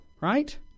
right